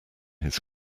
his